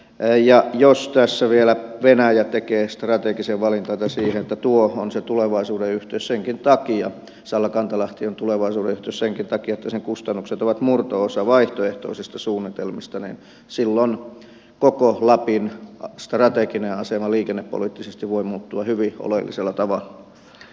ja jos tässä vielä venäjä tekee sen strategisen valinnan että tuo on se tulevaisuuden yhteys sallakantalahti on tulevaisuuden yhteys senkin takia että sen kustannukset ovat murto osa vaihtoehtoisista suunnitelmista niin silloin koko lapin strateginen asema liikennepoliittisesti voi muuttua hyvin oleellisella tavalla